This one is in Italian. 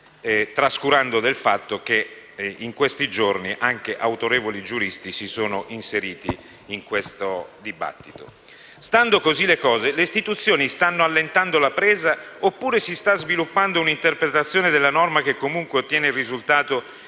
Stando così le cose, le istituzioni stanno allentando la presa oppure si sta sviluppando un'interpretazione della norma che comunque ottiene il risultato